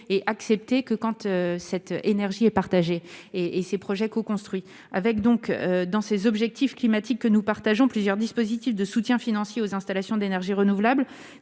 et accepter que compte cette énergie est partagé et et ses projets co-construits avec donc dans ses objectifs climatiques que nous partageons, plusieurs dispositifs de soutien financier aux installations d'énergies renouvelables,